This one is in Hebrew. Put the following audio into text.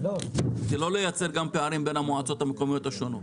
ולא לייצר גם פערים בין המועצות המקומיות השונות.